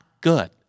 good